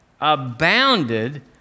abounded